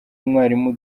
umwarimu